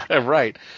Right